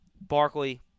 Barkley